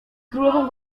królową